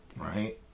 right